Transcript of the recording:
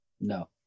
No